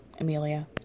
Amelia